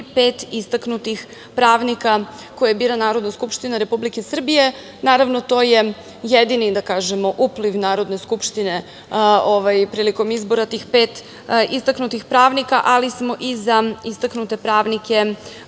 pet istaknutih pravnika koje bira Narodna skupština Republike Srbije. Naravno, to je jedini da kažemo, upliv Narodne skupštine prilikom izbora tih pet istaknutih pravnika, ali smo i za istaknute pravnike